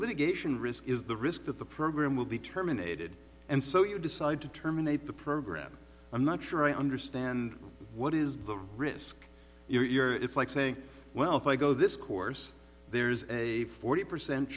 litigation risk is the risk that the program will be terminated and so you decide to terminate the program i'm not sure i understand what is the risk you're it's like saying well if i go this course there's a forty percent